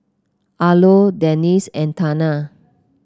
Arlo Denisse and Tana